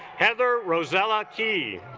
heather rosella key